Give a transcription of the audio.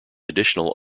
additional